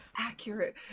accurate